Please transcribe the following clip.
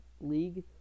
league